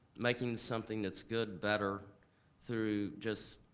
making something that's good better through just,